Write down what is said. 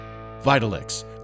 Vitalix